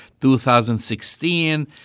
2016